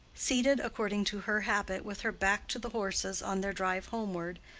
seated according to her habit with her back to the horses on their drive homeward,